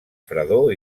fredor